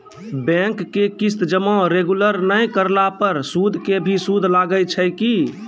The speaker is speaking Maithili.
बैंक के किस्त जमा रेगुलर नै करला पर सुद के भी सुद लागै छै कि?